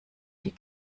die